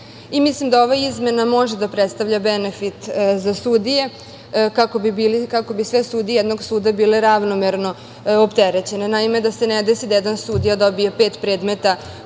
Mislim da ova izmena može da predstavlja benefit za sudije, kako bi sve sudije jednog suda bile ravnomerno opterećene, da se ne desi da jedan sudija dobije pet predmeta